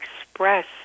express